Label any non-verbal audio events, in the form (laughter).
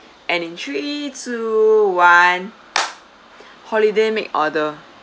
and in three two one (noise) (breath) holiday make order